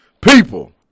People